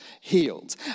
healed